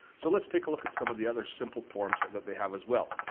so let's take a look at some of the other simple forms that they have as well.